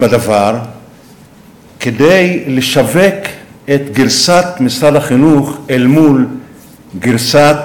בדבר כדי לשווק את גרסת משרד החינוך והתרבות אל מול גרסת